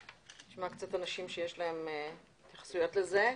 נשמע אנשים שיש להם התייחסויות לזה.